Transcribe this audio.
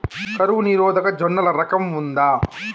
కరువు నిరోధక జొన్నల రకం ఉందా?